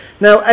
Now